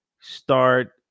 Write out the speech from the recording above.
start